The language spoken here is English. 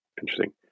Interesting